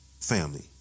family